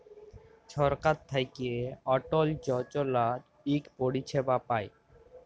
ছরকার থ্যাইকে অটল যজলা ইক পরিছেবা পায়